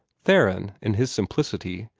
theron, in his simplicity,